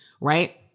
Right